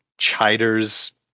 Chider's